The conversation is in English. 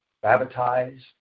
Baptize